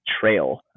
trail